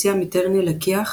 הציע מיטרני לכי"ח